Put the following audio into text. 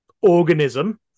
organism